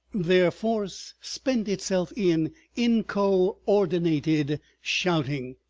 their force spent itself in inco-ordinated shouting,